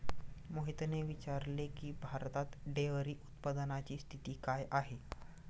मोहितने विचारले की, भारतात डेअरी उत्पादनाची स्थिती काय आहे?